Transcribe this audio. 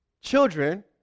children